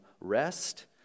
rest